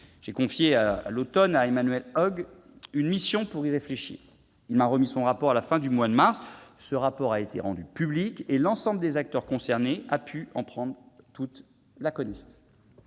J'ai confié à l'automne à Emmanuel Hoog une mission pour y réfléchir. Il m'a remis son rapport à la fin du mois de mars. Ce rapport a été rendu public et l'ensemble des acteurs concernés a pu en prendre connaissance.